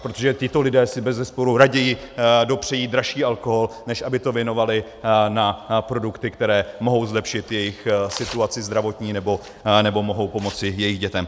Protože tito lidé si bezesporu raději dopřejí dražší alkohol, než aby to věnovali na produkty, které mohou zlepšit jejich situaci zdravotní nebo mohou pomoci jejich dětem.